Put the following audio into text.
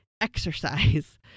exercise